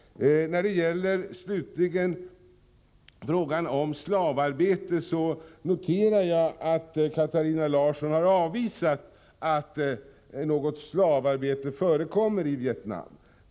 När det gäller frågan om slavarbete noterar jag att Katarina Larsson har avvisat påståendena att något slavarbete förekommer i Vietnam.